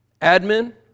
admin